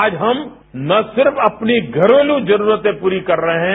आज हम न सिर्फ हम अपनी घरेलू जरूरते पूरी कर रहे हैं